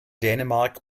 dänemark